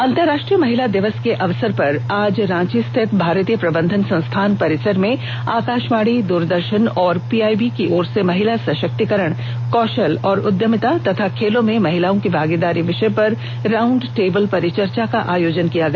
अंतरराष्ट्रीय महिला दिवस के अवसर पर आज रांची स्थित भारतीय प्रबंधन संस्थान परिसर में आकाषवाणी दूरदर्षन और पीआईबी की ओर से महिला सषक्तीकरण कौषल और उद्यमिता तथा खेलों में महिलाओं की भागीदारी विषय पर राउंड टेबल परिचर्चा का आयोजन किया गया